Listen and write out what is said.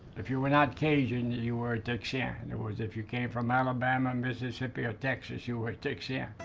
if you were were not cajun you were a texian. and it was if you were from alabama, mississippi or texas, you were a texian.